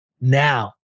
now